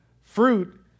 fruit